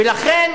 ולכן